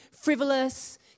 frivolous